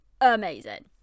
amazing